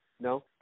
No